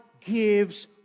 Gives